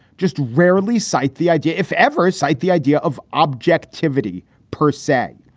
just rarely cite the idea, if ever cite the idea of objectivity per say,